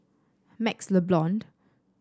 MaxLe Blond